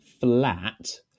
flat